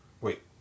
Wait